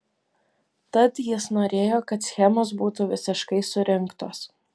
tad jis norėjo kad schemos būtų visiškai surinktos